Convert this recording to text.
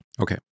Okay